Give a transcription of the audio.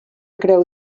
creu